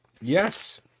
yes